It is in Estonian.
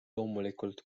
loomulikult